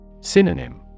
Synonym